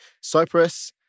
cyprus